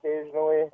occasionally